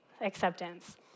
acceptance